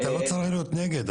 אתה לא צריך להיות נגד,